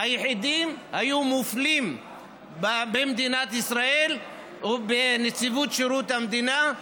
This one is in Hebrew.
היחידים שהיו מופלים במדינת ישראל ובנציבות שירות המדינה.